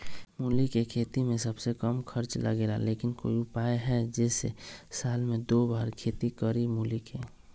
मूली के खेती में सबसे कम खर्च लगेला लेकिन कोई उपाय है कि जेसे साल में दो बार खेती करी मूली के?